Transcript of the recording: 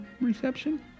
reception